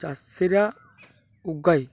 চাষীরা উগায়